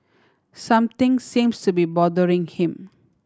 something seems to be bothering him